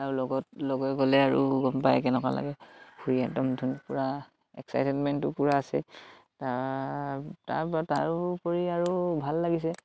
আৰু লগত লগে গ'লে আৰু গম পায় কেনেকুৱা লাগে ঘূৰি একদম ধুনীয়াকে এক্সাইটেডমেণ্টো পূৰা আছে তাৰ তাৰ তাৰোপৰি আৰু ভাল লাগিছে